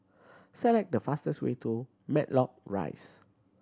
select the fastest way to Matlock Rise